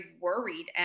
worried